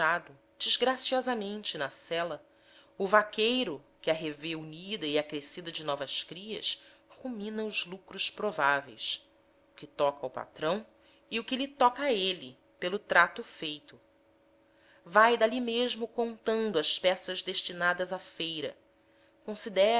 escanchado desgraciosamente na sela o vaqueiro que a revê unida e acrescida de novas crias rumina os lucros prováveis o que toca ao patrão e o que lhe toca a ele pelo trato feito vai dali mesmo contando as peças destinadas à feira considera